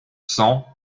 cent